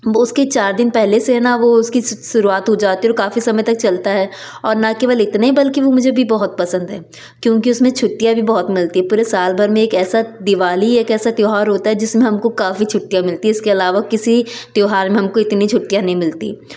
उसके चार दिन पहले से न वो उसकी शुरुआत हो जाती और काफ़ी समय तक चलता है और न केवल इतने बल्कि वो मुझे भी बहुत पसंद है क्योंकि उसमें छुट्टियाँ भी बहुत मिलती है पूरे सालभर में एक ऐसा दिवाली ही एक ऐसा त्योहार होता है जिसमें हमको काफ़ी छुट्टियाँ मिलती है इसके आलवा किसी त्योहार में हमको इतनी छुट्टियाँ नहीं मिलती